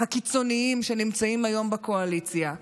הקיצוניים שנמצאים היום בקואליציה,